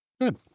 Good